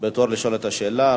בתור לשאול שאלה.